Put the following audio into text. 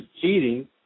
cheating